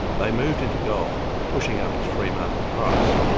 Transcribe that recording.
they moved into gold, pushing up its free market price.